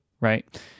right